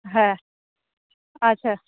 হ্যাঁ আচ্ছা